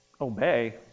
Obey